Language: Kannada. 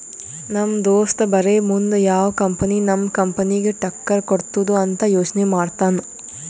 ನಮ್ ದೋಸ್ತ ಬರೇ ಮುಂದ್ ಯಾವ್ ಕಂಪನಿ ನಮ್ ಕಂಪನಿಗ್ ಟಕ್ಕರ್ ಕೊಡ್ತುದ್ ಅಂತ್ ಯೋಚ್ನೆ ಮಾಡ್ತಾನ್